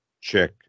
check